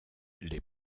les